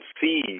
see